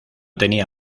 tenía